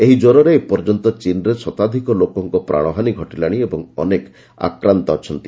ଏହି ଜ୍ୱରରେ ଏପର୍ଯ୍ୟନ୍ତ ଚୀନରେ ଶତାଧିକ ଲୋକଙ୍କ ପ୍ରାଣହାନୀ ଘଟିଲାଣି ଏବଂ ଅନେକ ଆକ୍ରାନ୍ତ ଅଛନ୍ତି